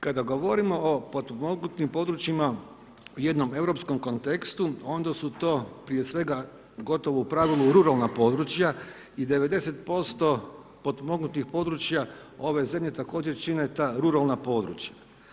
Kada govorimo o potpomognutim područjima u jednom europskom kontekstu, oda su to proje svega gotovo u pravilu ruralna područja i 90% potpomognutih područja ove zemlje također čine ta ruralna područja.